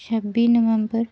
छब्बी नवंबर